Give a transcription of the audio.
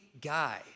guy